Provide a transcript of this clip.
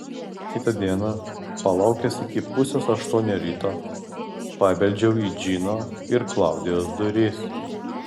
kitą dieną palaukęs iki pusės aštuonių ryto pabeldžiau į džino ir klaudijos duris